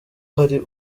hari